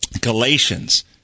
Galatians